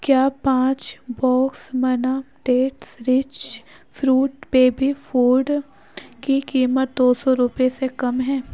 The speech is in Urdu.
کیا پانچ box Manna dates rich fruit baby food کی قیمت دو سو روپئے سے کم ہے